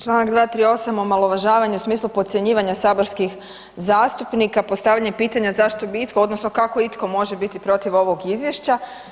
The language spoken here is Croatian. Čl. 238., omalovažavanje u smislu podcjenjivanja saborskih zastupnika, postavljanja pitanja zašto bi itko odnosno kako itko može biti protiv ovog izvješća.